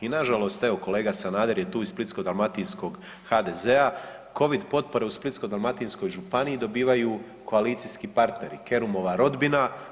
I na žalost evo kolega Sanader je tu iz splitsko-dalmatinskog HDZ-a covid potpore u Splitsko-dalmatinskoj županiji dobivaju koalicijski partneri, Kerumova rodbina.